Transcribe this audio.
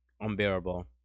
unbearable